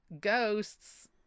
ghosts